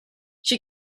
she